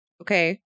okay